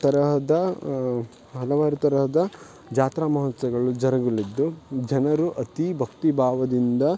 ತರಹದ ಹಲವಾರು ತರಹದ ಜಾತ್ರಾ ಮಹೋತ್ಸವಗಳು ಜರಗುಲಿದ್ದು ಜನರು ಅತಿ ಭಕ್ತಿ ಭಾವದಿಂದ